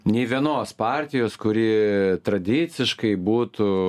nė vienos partijos kuri tradiciškai būtų